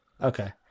Okay